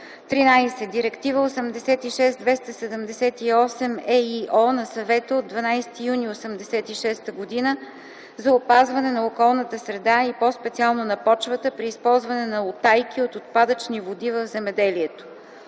13. Директива 86/278/ ЕИО на Съвета от 12 юни 1986 г. за опазване на околната среда, и по-специално на почвата, при използване на утайки от отпадъчни води в земеделието.